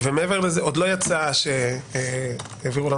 עוד לא יצא לי בקדנציה הזאת שהעבירו לנו